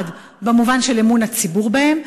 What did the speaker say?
1. במובן של אמון הציבור בהם,